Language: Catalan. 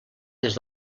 des